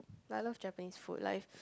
I love Japanese food like